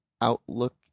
Outlook